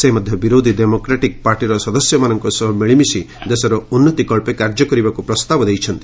ସେ ମଧ୍ୟ ବିରୋଧୀ ଡେମୋକ୍ରାଟିକ୍ ପାର୍ଟିର ସଦସ୍ୟମାନଙ୍କ ସହ ମିଳିମିଶି ଦେଶର ଉନ୍ନତି କଚ୍ଚେ କାର୍ଯ୍ୟ କରିବାକୁ ପ୍ରସ୍ତାବ ଦେଇଛନ୍ତି